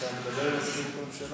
אני אחליט מה אני עושה.